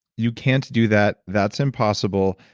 you can't do that, that's impossible,